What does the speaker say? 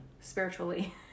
spiritually